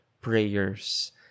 prayers